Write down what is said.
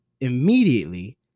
immediately